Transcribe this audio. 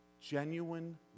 genuine